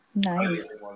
Nice